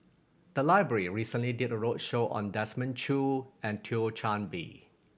the library recently did a roadshow on Desmond Choo and Thio Chan Bee